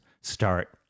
start